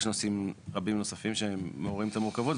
יש נושאים רבים נוספים שמעוררים את המרוכבות,